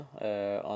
on